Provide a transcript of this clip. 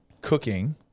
cooking